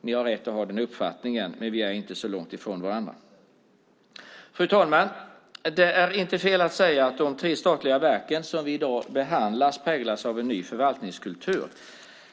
Ni har rätt att ha den uppfattningen, men vi är inte så långt från varandra. Fru talman! Det är inte fel att säga att de tre statliga verk som vi i dag behandlar präglas av en ny förvaltningskultur.